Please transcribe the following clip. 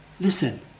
Listen